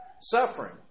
suffering